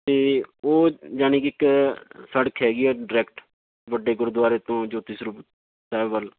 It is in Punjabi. ਅਤੇ ਉਹ ਜਾਣੀ ਕਿ ਇੱਕ ਸੜਕ ਹੈਗੀ ਆ ਡਾਇਰੈਕਟ ਵੱਡੇ ਗੁਰਦੁਆਰੇ ਤੋਂ ਜੋਤੀ ਸਰੂਪ ਸਾਹਿਬ ਵੱਲ